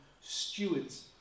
stewards